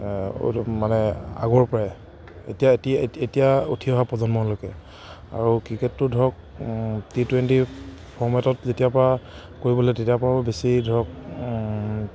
মানে আগৰ পৰাই এতিয়া এতি এতিয়া উঠি অহা প্ৰজন্মলৈকে আৰু ক্ৰিকেটটো ধৰক টি টুৱেণ্টি ফৰ্মেটত যেতিয়াৰ পৰা কৰিবলৈ তেতিয়াৰ পৰা বেছি ধৰক